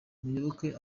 muyoboke